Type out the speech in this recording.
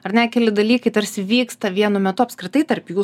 ar ne keli dalykai tarsi vyksta vienu metu apskritai tarp jų